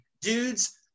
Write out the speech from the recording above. dudes